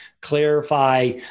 clarify